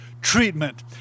treatment